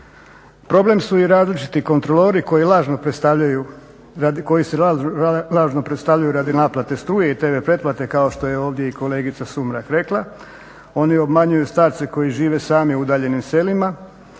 Problem su i različiti kontrolori koji se lažno predstavljaju radi naplate struje i tv pretplate kao što je ovdje i kolegica Sumrak rekla. Oni obmanjuju starce koji žive sami u udaljenim selima,